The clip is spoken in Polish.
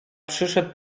przyszedł